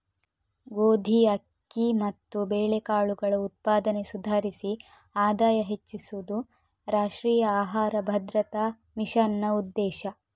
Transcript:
ಗೋಧಿ, ಅಕ್ಕಿ ಮತ್ತು ಬೇಳೆಕಾಳುಗಳ ಉತ್ಪಾದನೆ ಸುಧಾರಿಸಿ ಆದಾಯ ಹೆಚ್ಚಿಸುದು ರಾಷ್ಟ್ರೀಯ ಆಹಾರ ಭದ್ರತಾ ಮಿಷನ್ನ ಉದ್ದೇಶ